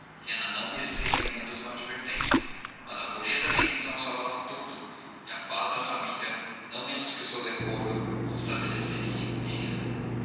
helena não mereceria menos uma advertência mas a pureza da intenção salvava tudo e a paz da família não menos que o seu decoro se restabeleceria inteira